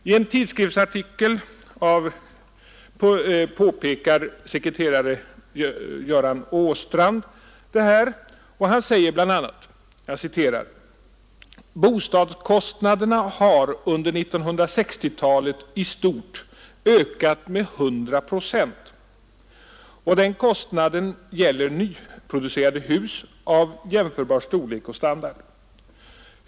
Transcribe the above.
I en tidskriftsartikel påpekar sekreterare Göran Åstrand detta, och han säger bl.a.: ”Bostadskostnaderna har under 1960-talet i stort ökat med 100 procent och den kostnaden gäller nyproducerade hus av jämförbar storlek och standard.